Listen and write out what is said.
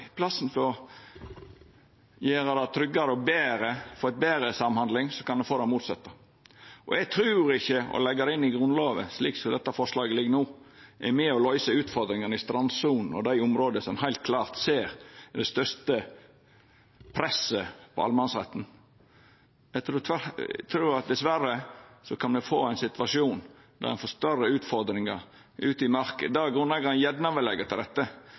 for at me i staden for å gjera det tryggare og få betre samhandling, kan få det motsette. Eg trur ikkje at det å leggja det inn i Grunnlova, slik dette forslaget ligg føre no, vil vera med på å løysa utfordringane i strandsona og dei områda der me heilt klart ser det største presset på allemannsretten. Eg trur tvert om. Eg trur dessverre at me kan få ein situasjon med større utfordringar ute i marka, der grunneigarane gjerne vil leggja til rette,